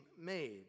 made